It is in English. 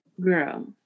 Girl